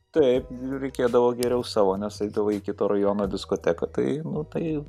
taip reikėdavo geriau savo nes eidavai į kito rajono diskoteką tai nu tai